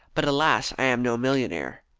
but, alas, i am no millionaire!